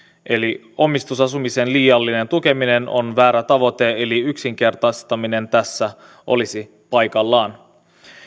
omistusasumisen liiallinen tukeminen on väärä tavoite eli yksinkertaistaminen tässä olisi paikallaan